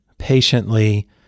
patiently